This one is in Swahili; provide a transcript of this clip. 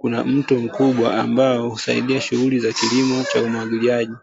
kuna mto mkubwa ambao husaidia shughuli za kilimo cha umwagiliaji.